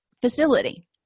facility